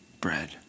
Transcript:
bread